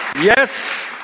Yes